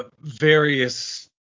various